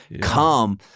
come